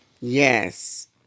Yes